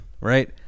right